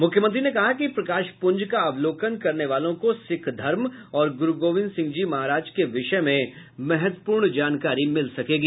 मुख्यमंत्री ने कहा कि प्रकाश पुंज का अवलोकन करने वालों को सिख धर्म और गुरु गोविन्द सिंह जी महाराज के विषय में महत्वपूर्ण जानकारी मिल सकेगी